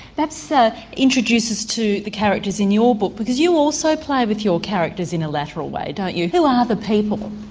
that so introduces us to the characters in your book because you also play with your characters in a lateral way don't you, who are the people?